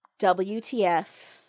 WTF